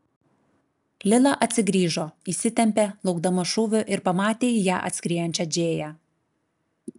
lila atsigrįžo įsitempė laukdama šūvio ir pamatė į ją atskriejančią džėją